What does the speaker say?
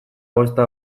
kosta